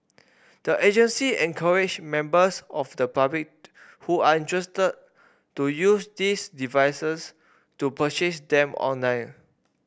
the agency encouraged members of the public who are interested to use these devices to purchase them online